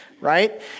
right